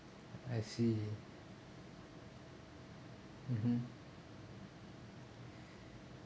I see mmhmm